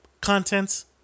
contents